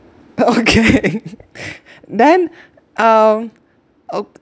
oh okay then um okay